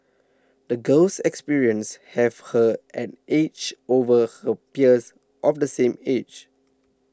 the girl's experiences have her an edge over her peers of the same age